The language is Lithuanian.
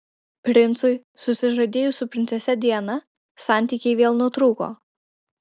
princui susižadėjus su princese diana santykiai vėl nutrūko